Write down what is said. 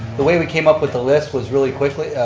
the way we came up with the list was really quickly,